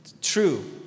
true